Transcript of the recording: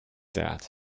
that